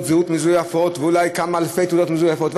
זהות מזויפות ואולי כמה אלפי תעודות מזויפות.